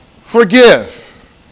forgive